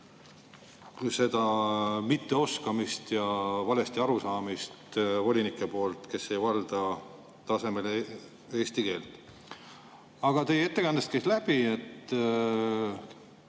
seda mitteoskamist ja valesti arusaamist volinike poolt, kes ei valda tasemel eesti keelt. Teie ettekandest käis läbi, et